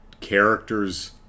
characters